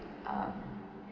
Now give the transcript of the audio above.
uh